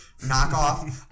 knockoff